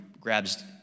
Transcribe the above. grabs